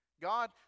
God